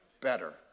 better